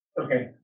okay